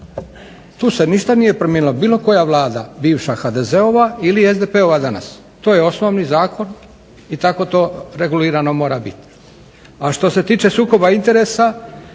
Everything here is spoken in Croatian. Tu se ništa nije promijenilo. Bilo koja Vlada, bivša HDZ-ova ili SDP-ova danas, to je osnovni zakon i tako to regulirano mora biti. A što se tiče sukoba interesa,